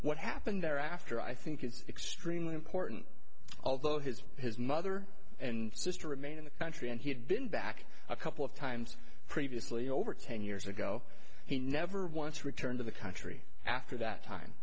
what happened there after i think it's extremely important although his his mother and sister remain in the country and he had been back a couple of times previously over ten years ago he never once returned to the country after that time